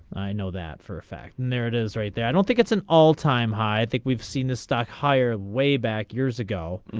i know that for a fact in there it is right there i don't think it's an all time high i think we've seen the stock higher way back years ago